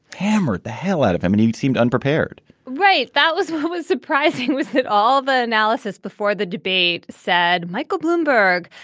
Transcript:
hammered the hell out of him. and he seemed unprepared right. that was what was surprising was that all the analysis before the debate said michael bloomberg,